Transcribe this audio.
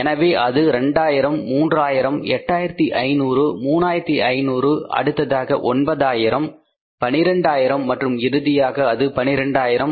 எனவே அது 2000 மூன்றாயிரம் 8500 3500 அடுத்ததாக 9000 12000 மற்றும் இறுதியாக அது 12000